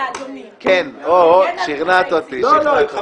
שכנעת אותי.